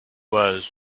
was